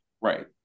Right